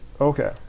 Okay